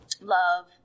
love